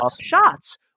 shots